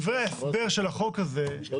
שמהצעת החוק הזאת יגיע המזור לבעיה בשוק הדיור בישראל.